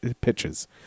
pitches